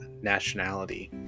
nationality